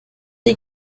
die